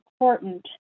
important